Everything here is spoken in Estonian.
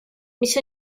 mis